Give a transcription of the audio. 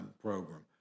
program